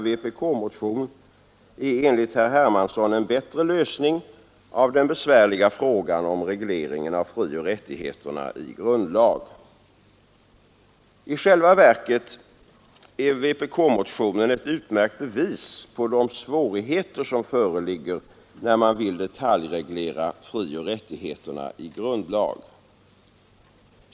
Vpk-motionen är enligt herr Hermansson en bättre lösning av den besvärliga frågan om regleringen av frioch rättigheterna i grundlag. I själva verket är vpk-motionen ett utmärkt bevis på de svårigheter som föreligger när man vill detaljreglera frioch rättigheterna i grundlag.